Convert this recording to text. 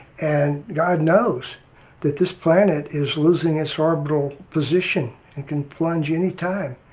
and god knows that this planet is losing its orbital position and can plunge anytime